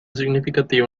significativo